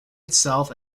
itself